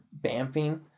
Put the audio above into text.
BAMFing